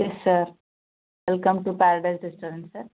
yes sir welcome two paradise restaurant sir